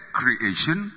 creation